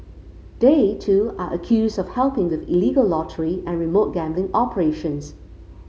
they too are accused of helping with illegal lottery and remote gambling operations